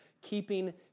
keeping